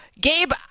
Gabe